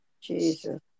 Jesus